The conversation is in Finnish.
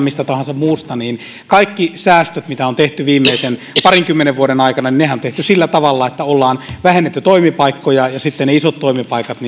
mistä tahansa muusta kaikki säästöthän mitä on tehty viimeisen parinkymmenen vuoden aikana on tehty sillä tavalla että ollaan vähennetty toimipaikkoja ja sitten niissä isoissa toimipaikoissa